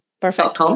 perfect